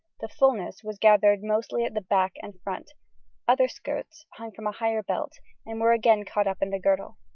the fullness was gathered mostly at the back and front other skirts hung from a higher belt and were again caught up in the girdle.